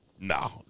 No